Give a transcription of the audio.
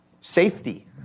safety